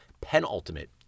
penultimate